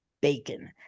Bacon